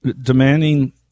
demanding